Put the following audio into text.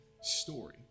story